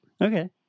Okay